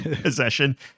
possession